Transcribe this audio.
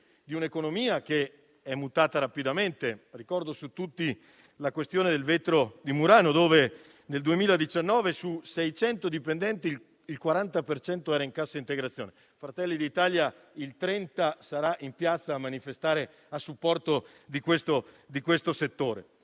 di un'economia che è mutata rapidamente. Ricordo la questione del vetro di Murano: nel 2019, su 600 dipendenti, il 40 per cento era in cassa integrazione. Fratelli d'Italia, a breve, sarà in piazza a manifestare a supporto di questo settore.